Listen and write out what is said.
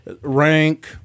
rank